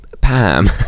Pam